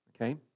okay